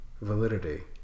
validity